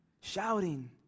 shouting